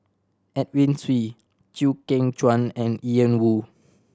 Edwin Siew Chew Kheng Chuan and Ian Woo